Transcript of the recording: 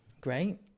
great